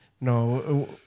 No